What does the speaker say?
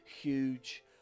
huge